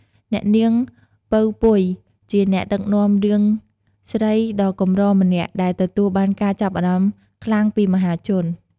អ្នកនាង ពៅ ពុយ ជាអ្នកដឹកនាំរឿងស្រីដ៏កម្រម្នាក់ដែលទទួលបានការចាប់អារម្មណ៍ខ្លាំងពីមហាជន។